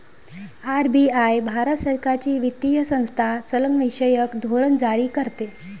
RBI Bharat सरकारची वित्तीय संस्था चलनविषयक धोरण जारी करते